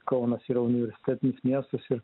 kaunas yra universitetinis miestas ir